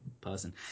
person